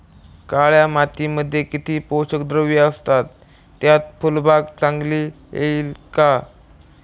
काळ्या मातीमध्ये किती पोषक द्रव्ये असतात, त्यात फुलबाग चांगली येईल का?